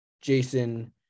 Jason